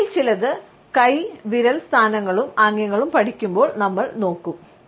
ഇവയിൽ ചിലത് കൈ വിരൽ സ്ഥാനങ്ങളും ആംഗ്യങ്ങളും പഠിക്കുമ്പോൾ നമ്മൾ നോക്കും